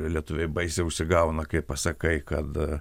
ir lietuviai baisiai užsigauna kai pasakai kad